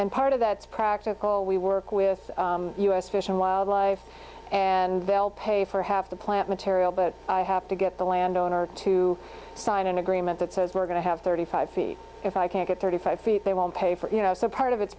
and part of that's practical we work with u s fish and wildlife and they'll pay for half the plant material but i have to get the land owner to sign an agreement that says we're going to have thirty five feet if i can get thirty five feet they won't pay for you know so part of it's